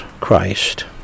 Christ